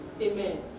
Amen